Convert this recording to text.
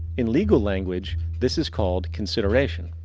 in legal language this is called consideration